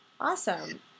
Awesome